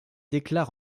déclare